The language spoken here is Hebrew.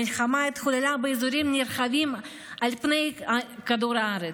המלחמה התחוללה באזורים נרחבים על פני כדור הארץ,